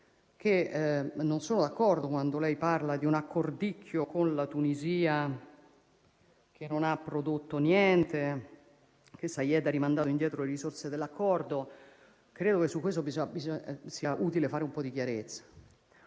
che non sono d'accordo quando lei parla di un accordicchio con la Tunisia che non ha prodotto niente, che il presidente Saied ha rimandato indietro le risorse dell'accordo. Credo che su questo sia utile fare un po' di chiarezza.